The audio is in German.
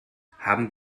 haben